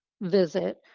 visit